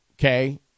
okay